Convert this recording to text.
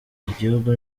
igihugu